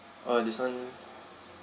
orh this [one]